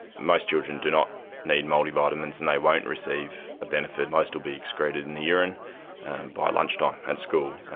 most children do not need multivitamins and they won't receive a benefit. most will be excreted in the urine by lunchtime at school.